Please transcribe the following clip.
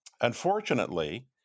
Unfortunately